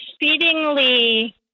exceedingly